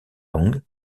long